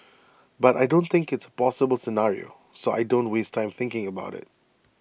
but I don't think it's A possible scenario so I don't waste time thinking about IT